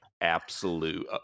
absolute